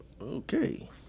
Okay